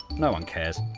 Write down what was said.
no one cares.